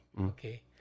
Okay